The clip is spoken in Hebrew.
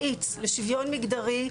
מאיץ לשוויון מגדרי,